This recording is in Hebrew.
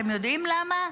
אתם יודעים למה?